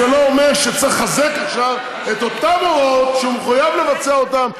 זה לא אומר שצריך לחזק עכשיו את אותן הוראות שהוא מחויב לבצע אותן,